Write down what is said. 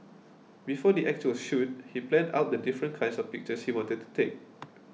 before the actual shoot he planned out the different kinds of pictures he wanted to take